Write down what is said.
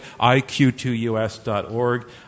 iq2us.org